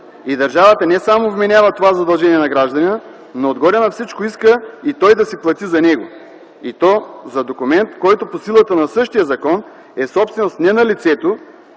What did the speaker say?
И държавата не само вменява това задължение на гражданина, но отгоре на всичко иска и той да си плати за него. И то за документ, който по силата на същия закон е собственост не на лицето,